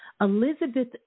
elizabeth